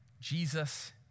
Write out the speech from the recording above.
Jesus